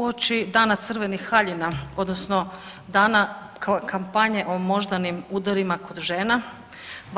Uoči dana Crvenih haljina, odnosno dana kampanje o moždanim udarima kod žena